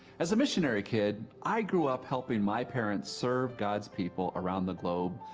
as a missionary kid, i grew up helping my parents serve god's people around the globe,